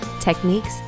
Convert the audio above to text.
techniques